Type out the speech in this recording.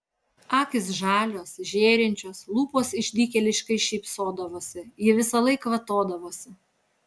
akys žalios žėrinčios lūpos išdykėliškai šypsodavosi ji visąlaik kvatodavosi